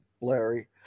Larry